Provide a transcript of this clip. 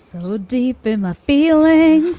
so deep in my feelings,